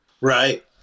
Right